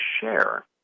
share